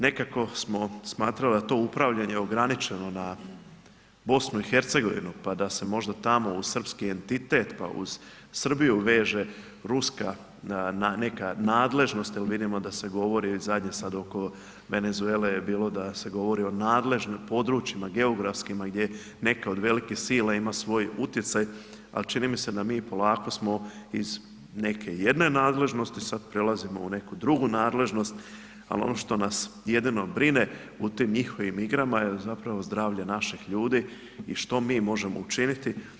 Nekako smo smatrali da to upravljanje ograničeno na BIH, pa da se možda tamo uz srpski entitet pa uz Srbinu veže ruska nadležnost, jer vidimo da se govori zadnje sada oko Venezuele, je bilo da se govori o nadležnim područjima, geografskima, gdje neke od velikih sila ima svoj utjecaj, a čini mi se da mi polako smo iz neke jedne nadležnosti, sada prelazimo u neku drugu nadležnost a ono što nas jedino brine u tim njihovim igrama je zapravo zdravlje naših ljudi i što mi možemo učiniti?